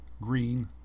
green